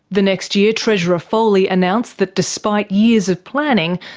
the next year, treasurer foley announced that despite years of planning,